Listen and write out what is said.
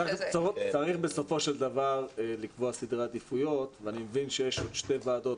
צריך בסופו של דבר לקבוע סדרי עדיפויות ואני מבין שיש עוד שתי ועדות,